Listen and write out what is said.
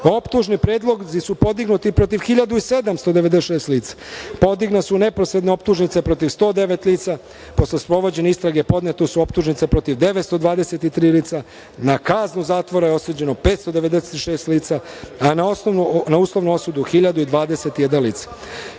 optužni predlozi su podignuti protiv 1.796 lica. Podignute su neposredne optužnice protiv 109 lica. Posle sprovođene istrage podnete su optužnice protiv 923 lica. Na kaznu zatvora osuđeno je 596 lica, a na uslovnu osudu 1.021 lice. Kada